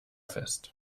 fest